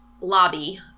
lobby